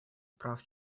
прав